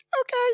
okay